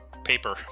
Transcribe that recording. Paper